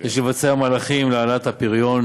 היושבים בכלא הישראלי?